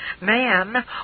Man